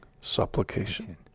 supplication